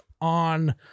on